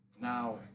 Now